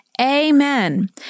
Amen